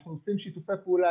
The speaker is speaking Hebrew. אנחנו עושים שיתופי פעולה.